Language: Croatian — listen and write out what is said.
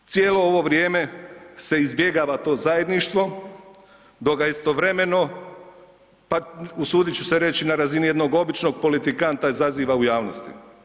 Cijelo ovo vrijeme se izbjegava to zajedništvo dok ga istovremeno, pa usudit ću se reći na razini jednog običnog politikanta izaziva u javnosti.